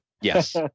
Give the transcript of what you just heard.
Yes